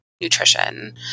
nutrition